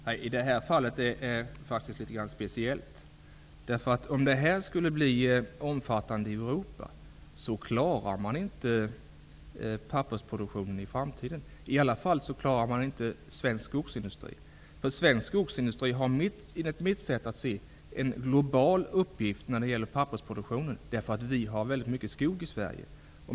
Herr talman! Det här fallet är faktiskt litet speciellt, därför att om detta skulle bli omfattande i Europa, kommer man inte att klara pappersproduktionen i framtiden. I vart fall klarar man inte svensk skogsindustri, därför att den enligt mitt sätt att se har en global uppgift när det gäller pappersproduktionen eftersom vi har väldigt mycket skog i Sverige.